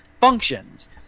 functions